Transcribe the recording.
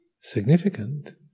significant